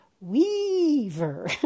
weaver